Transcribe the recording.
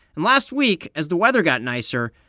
and last week, as the weather got nicer,